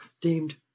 deemed